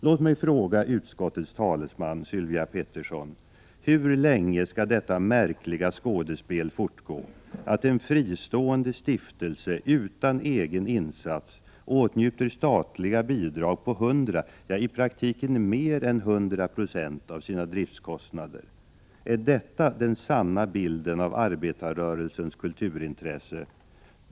Låt mig fråga utskottets talesman Sylvia Pettersson: Hur länge skall detta märkliga skådespel fortgå: att en fristående stiftelse utan egen insats åtnjuter statliga bidrag till hundra procent, ja, i praktiken till mer än hundra procent av sina driftskostnader? Är detta den sanna bilden av arbetarrörelsens kulturintresse?